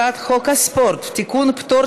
הצעת חוק הספורט (תיקון,